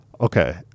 Okay